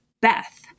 Beth